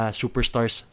superstars